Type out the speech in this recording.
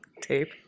tape